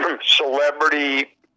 celebrity